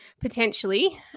potentially